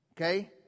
okay